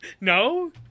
No